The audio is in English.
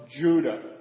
Judah